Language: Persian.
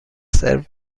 سرو